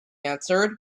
answered